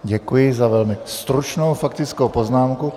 Děkuji za velmi stručnou faktickou poznámku.